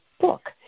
book